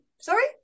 Sorry